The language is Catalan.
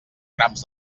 grams